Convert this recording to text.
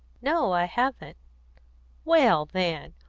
no, i haven't. well, then,